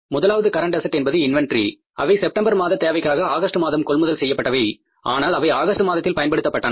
முதலாவது current asset என்பது inventory அவை செப்டம்பர் மாத தேவைக்காக ஆகஸ்ட் மாதம் கொள்முதல் செய்யப்பட்டவை ஆனால் அவை ஆகஸ்ட் மாதத்தில் பயன்படுத்தப்பட்டன